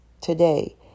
today